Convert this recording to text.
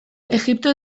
egipto